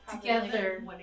together